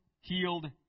healed